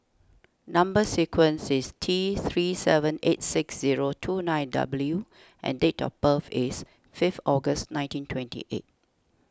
Number Sequence is T three seven eight six zero two nine W and date of birth is fifth August nineteen twenty eight